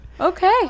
okay